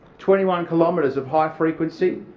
twenty one kilometres of high frequency,